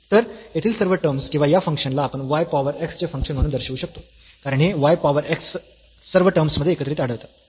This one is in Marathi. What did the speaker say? तर येथील सर्व टर्म्स किंवा या फंक्शन ला आपण y पॉवर x चे फंक्शन म्हणून दर्शवू शकतो कारण हे y पॉवर x सर्व टर्म्स मध्ये एकत्रितपणे आढळतात